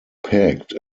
pegged